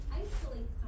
isolate